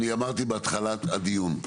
אני אמרתי בהתחלת הדיון,